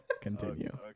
continue